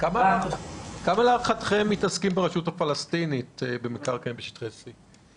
כמה להערכתכם מתעסקים ברשות הפלסטינית במקרקעין בשטחי C?